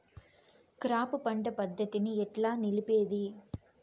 Crop పంట పద్ధతిని ఎట్లా నిలిపేది?